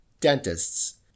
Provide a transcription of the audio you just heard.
dentists